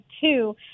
two